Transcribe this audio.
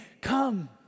Come